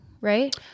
right